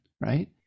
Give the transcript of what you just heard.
right